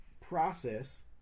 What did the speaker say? process